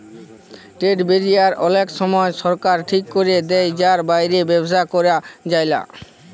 trade barrier অলেক সময় সরকার ঠিক ক্যরে দেয় যার বাইরে ব্যবসা ক্যরা যায়লা